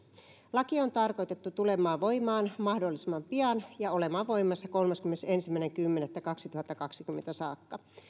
laki on tarkoitettu tulemaan voimaan mahdollisimman pian ja olemaan voimassa kolmaskymmenesensimmäinen kymmenettä kaksituhattakaksikymmentä saakka